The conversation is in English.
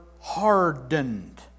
hardened